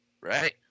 Right